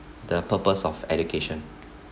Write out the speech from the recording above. the purpose of education